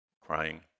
Crying